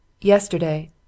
Yesterday